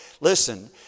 Listen